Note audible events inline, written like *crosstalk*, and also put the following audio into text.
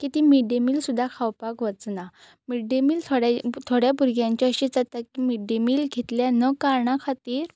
की ती मी मिडडे मील सुद्दां खावपाक वचना मिडडे मील थोड्या *unintelligible* थोड्या भुरग्यांचे अशेंच जाता की मिडडे मील घेतल्या न कारणा खातीर